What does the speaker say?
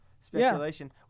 speculation